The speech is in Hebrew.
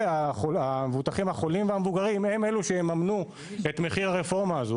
המבוטחים המבוגרים והחולים הם אלה שיממנו את מחיר הרפורמה הזו,